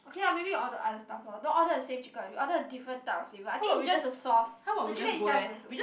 okay lah maybe order other stuff lor don't order the same chicken you order the different type of flavour I think is just the sauce the chicken itself was okay